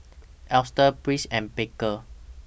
Estrella Brice and Baker